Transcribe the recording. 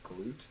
glute